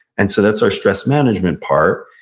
and so that's our stress management part.